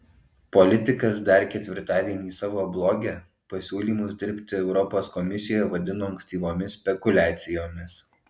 politikas dar ketvirtadienį savo bloge pasiūlymus dirbti europos komisijoje vadino ankstyvomis spekuliacijomis